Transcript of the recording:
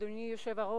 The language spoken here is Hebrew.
אדוני היושב-ראש,